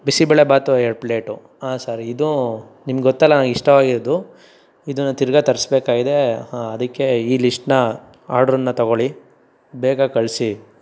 ಬಿಸಿಬೇಳೆ ಭಾತು ಎರಡು ಪ್ಲೇಟು ಹಾಂ ಸರ್ ಇದು ನಿಮ್ಗೆ ಗೊತ್ತಲ್ಲ ನಂಗೆ ಇಷ್ಟವಾಗಿರೋದು ಇದನ್ನ ತಿರ್ಗಾ ತರಿಸಬೇಕಾಗಿದೆ ಹಾಂ ಅದಕ್ಕೆ ಈ ಲಿಸ್ಟನ್ನ ಆರ್ಡ್ರನ್ನು ತಗೊಳ್ಳಿ ಬೇಗ ಕಳಿಸಿ